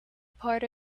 part